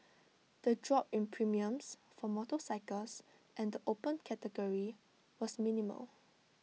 the drop in premiums for motorcycles and the open category was minimal